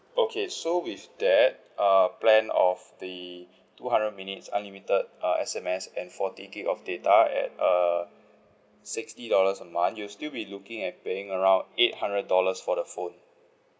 okay so with that uh plan of the two hundred minutes unlimited uh S_M_S and forty gig of data at err sixty dollars a month you'll still be looking at paying around eight hundred dollars for the phone